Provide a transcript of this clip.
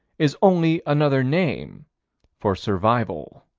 is only another name for survival.